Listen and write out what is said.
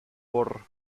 por